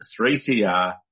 3CR